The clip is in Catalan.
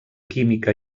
química